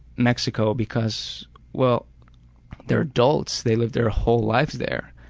mexico because well they're adults, they lived their whole lives there.